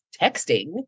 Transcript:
texting